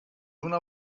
una